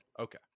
okay